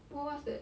wha~ what's that